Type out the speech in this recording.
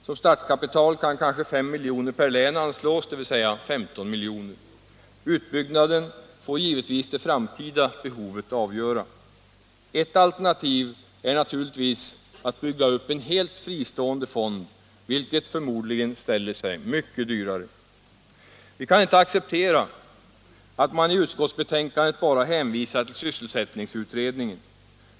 Som startkapital kan kanske S miljoner per län anslås, dvs. 15 miljoner. Utbyggnaden får givetvis det framtida behovet avgöra. Ett alternativ är naturligtvis att bygga upp en helt fristående fond, vilket förmodligen ställer sig dyrare. Vi kan inte acceptera att man i utskottsbetänkandet bara hänvisar till sysselsättningsutredningen.